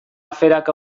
aferak